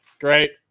Great